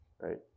right